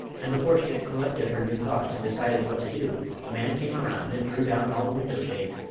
and before she had collected her new thoughts and decided what to do a man came around and drew down all the window shades,